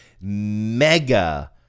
mega